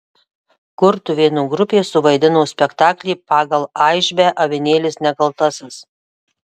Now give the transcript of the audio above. kurtuvėnų grupė suvaidino spektaklį pagal aišbę avinėlis nekaltasis